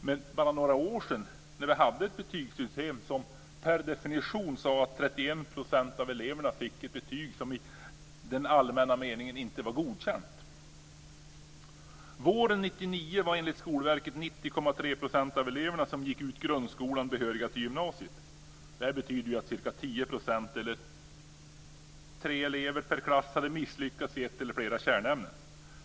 Men för bara ett par år sedan hade vi ett betygssystem som per definition sade att 31 % av eleverna fick ett betyg som i den allmänna meningen inte var godkänt. Våren 1999 var enligt Skolverket 90,3 % av de elever som gick ut grundskolan behöriga till gymnasiet. Det betyder att ca 10 %, eller tre elever per klass, hade misslyckats i ett eller flera kärnämnen.